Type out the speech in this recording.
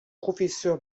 professeur